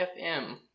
FM